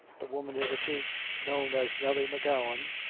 the woman hitherto known as nelly m'gowan,